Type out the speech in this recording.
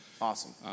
Awesome